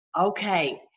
Okay